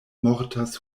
mortas